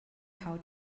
how